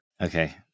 okay